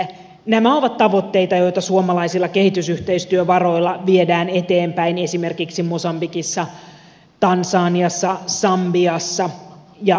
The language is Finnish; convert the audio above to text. nämä ovat tavoitteita joita suomalaisilla kehitysyhteistyövaroilla viedään eteenpäin esimerkiksi mosambikissa tansaniassa sambiassa ja afganistanissa